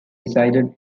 resided